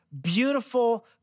beautiful